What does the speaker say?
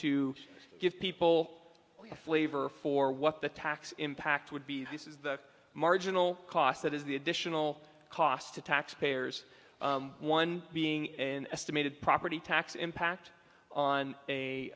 to give people a flavor for what the tax impact would be the marginal cost that is the additional cost to taxpayers one being an estimated property tax impact on